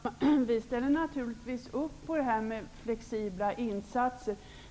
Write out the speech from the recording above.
Herr talman! Vi ställer naturligtvis upp på flexibla insatser.